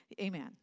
Amen